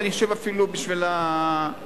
אני חושב אפילו בשביל המסר,